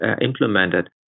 implemented